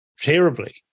terribly